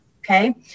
Okay